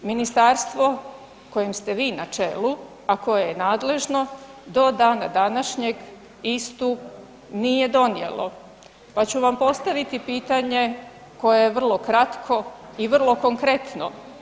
Ministarstvo kojem ste vi na čelu, a koje je nadležno do dana današnjeg istu nije donijelo, pa ću vam postaviti pitanje koje je vrlo kratko i vrlo konkretno.